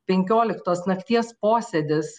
penkioliktos nakties posėdis